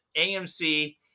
AMC